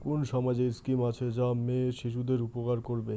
কুন সামাজিক স্কিম আছে যা মেয়ে শিশুদের উপকার করিবে?